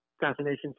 fascinations